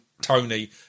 Tony